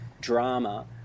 drama